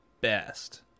best